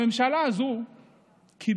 הממשלה הזאת קיבלה